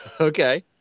okay